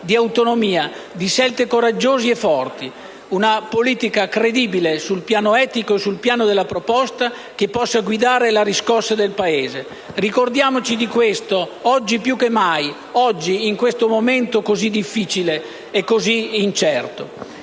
di autonomia, di scelte coraggiose e forti; di una politica credibile sul piano etico e sul piano della proposta che possa guidare la riscossa del Paese. Ricordiamoci di questo, oggi più che mai; in questo momento così difficile e così incerto.